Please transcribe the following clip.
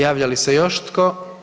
Javlja li se još tko?